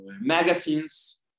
magazines